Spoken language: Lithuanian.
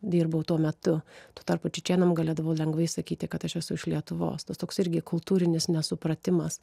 dirbau tuo metu tuo tarpu čečėnam galėdavau lengvai sakyti kad aš esu iš lietuvos tas toks irgi kultūrinis nesupratimas